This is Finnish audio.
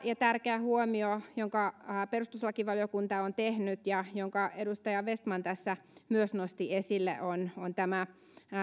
ja tärkeä huomio jonka perustuslakivaliokunta on tehnyt ja jonka edustaja vestman tässä myös nosti esille on on tämä